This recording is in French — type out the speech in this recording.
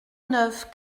neuf